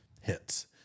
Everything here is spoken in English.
hits